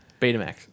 Betamax